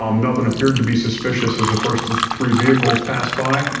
um nothing appeared to be suspicious as the first of three vehicles passed by,